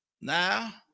Now